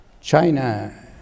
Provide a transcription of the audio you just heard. China